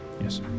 Yes